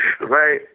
right